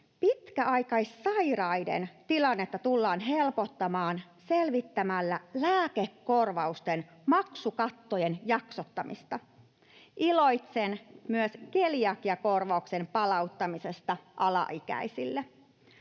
Pitkäaikaissairaiden tilannetta tullaan helpottamaan selvittämällä lääkekorvausten maksukattojen jaksottamista. Iloitsen myös keliakiakorvauksen palauttamisesta alaikäisille.